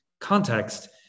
context